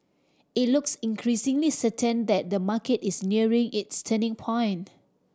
it looks increasingly certain that the market is nearing its turning point